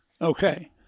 Okay